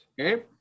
Okay